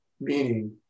Meaning